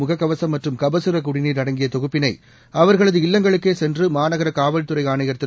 முகக்கவசம் மற்றும் கபசர குடிநீர் அடங்கிய தொகுப்பிளை அவர்களது இல்லத்திற்கே சென்று மாநகர காவல்துறை ஆணையர் திரு